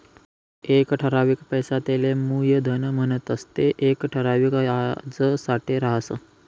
एक ठरावीक पैसा तेले मुयधन म्हणतंस ते येक ठराविक याजसाठे राहस